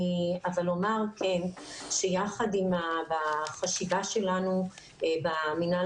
אני אומר שיחד עם החשיבה שלנו במינהל